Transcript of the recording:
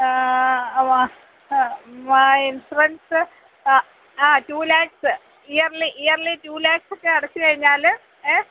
insurance അ ആ two lakhs yearly yearly two ലാക്ക്സൊക്കെ അടച്ചു കഴിഞ്ഞാൽ ഏ